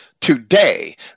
today